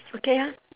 okay ah